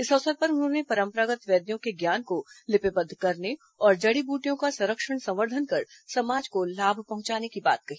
इस अवसर पर उन्होंने परंपरागत् वैद्यों के ज्ञान को लिपिबद्ध करने और जड़ी बूटियों का संरक्षण संवर्धन कर समाज को लाभ पहुंचाने की बात कही